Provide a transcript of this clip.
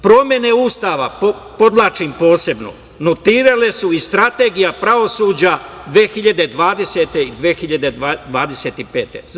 Promene Ustava, podvlačim posebno, notirala je i Strategija pravosuđa 2020-2025. godine.